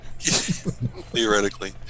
Theoretically